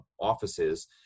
offices